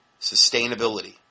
Sustainability